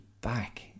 back